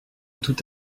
tout